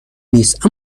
نیست